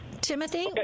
Timothy